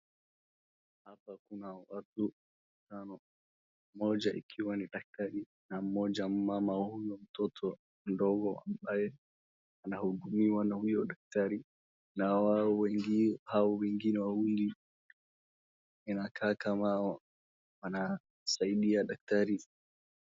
Hapa kuna watu watano, mmoja ikiwa ni daktari na mmoja mmama huyo mtoto mdogo ambaye anahudumiwa na huyo daktari na hao wengine wawili inakaa kama wanasaidia daktari.